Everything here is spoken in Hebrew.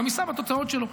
גם יישא בתוצאות שלו.